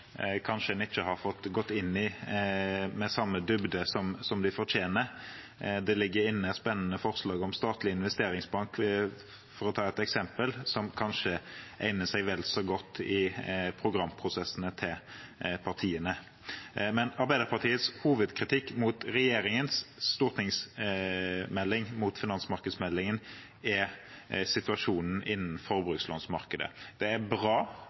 kanskje ikke har fått gå inn i med samme dybde som de fortjener. Det ligger inne et spennende forslag om statlig investeringsbank – for å ta et eksempel – som kanskje egner seg vel så godt i programprosessene til partiene. Men Arbeiderpartiets hovedkritikk mot regjeringens stortingsmelding, mot finansmarkedsmeldingen, er situasjonen innenfor forbrukslånsmarkedet. Det er bra